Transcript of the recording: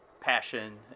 passion